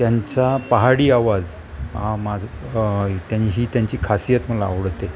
त्यांचा पहाडी आवाज हा माज त्यां ही त्यांची खासियत मला आवडते